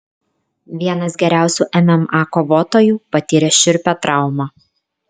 vienas geriausių mma kovotojų patyrė šiurpią traumą